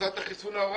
עושה את החיסון האורלי?